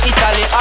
Italy